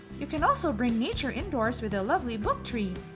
you can also bring nature indoors with a lovely book tree!